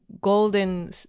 golden